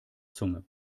zunge